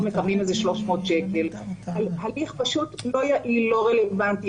מקבלים איזה 300 ₪ הליך פשוט לא יעיל ולא רלוונטי.